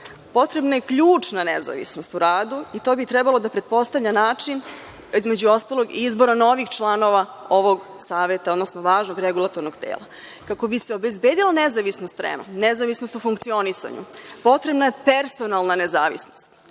Potrebna je ključna nezavisnost u radu, i to bi trebalo da pretpostavlja način, između ostalog, izbora novih članova ovog saveta, odnosno važnog regulatornog tela. Kako bi se obezbedila nezavisnost REM-a, nezavisnost u funkcionisanju, potrebna je personalna nezavisnost.